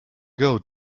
girl